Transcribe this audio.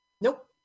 Nope